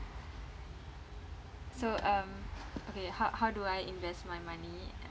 so um okay how how do I invest my money